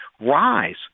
rise